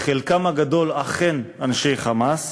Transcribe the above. חלקם הגדול אכן אנשי "חמאס",